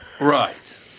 Right